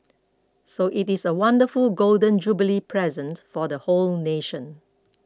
so it is a wonderful Golden Jubilee present for the whole nation